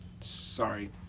sorry